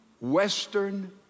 Western